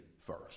first